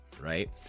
right